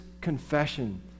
confession